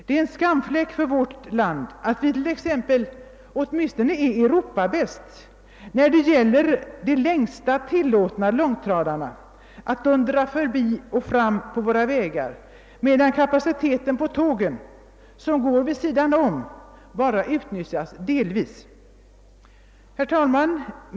Det är en skamfläck för vårt land att vi t.ex. åtminstone är Europabäst när det gäller de längsta tillåtna långtradarna att dundra fram på vägarna, medan kapaciteten på tågen, som går vid sidan om, bara utnyttjas delvis. Herr talman!